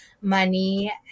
money